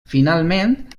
finalment